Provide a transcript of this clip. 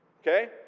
Okay